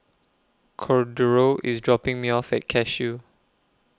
Cordero IS dropping Me off At Cashew